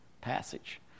passage